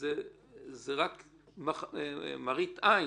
זה רק מראית עין,